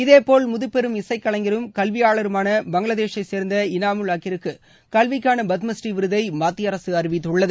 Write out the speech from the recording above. இதேபோல் முதுப்பெரும் இசைக்கலைஞரும் கல்வியாளருமான பங்களாதேசை சேர்ந்த இனாமுல் அக்கிற்கு கல்விக்கான பத்மஸ்ரீ விருதை மத்திய அரசு அறிவித்துள்ளது